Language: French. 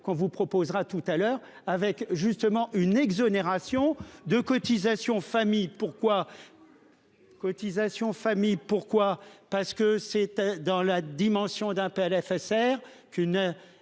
quand vous proposera tout à l'heure avec justement une exonération de cotisations famille pourquoi. Cotisations famille pourquoi parce que c'était dans la dimension d'un PLFSSR. Qu'une exonération